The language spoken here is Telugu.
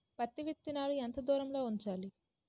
పత్తి విత్తనాలు ఎంత దూరంలో ఉంచాలి?